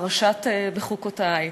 פרשת בחוקותי,